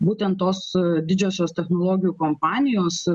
būtent tos didžiosios technologijų kompanijos